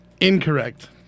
Incorrect